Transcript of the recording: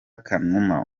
kanuma